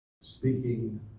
speaking